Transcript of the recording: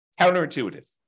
Counterintuitive